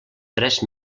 tres